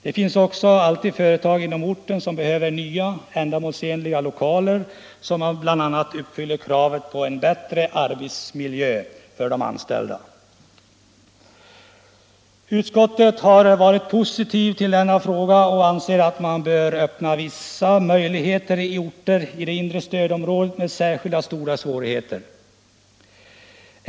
Det finns också alltid företag inom orten som behöver nya och ändamålsenliga lokaler, som bl.a. uppfyller kravet på bättre arbetsmiljö för de anställda. Utskottet har varit positivt i denna fråga och anser att man bör öppna vissa möjligheter i orter i det inre stödområdet med särskilt stora svårigheter.